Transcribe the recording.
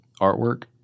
artwork